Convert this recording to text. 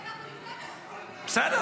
אנחנו לא דוחים --- בסדר.